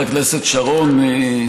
חבר הכנסת שרון,